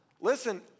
Listen